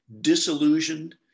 disillusioned